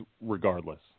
regardless